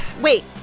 Wait